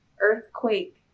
earthquake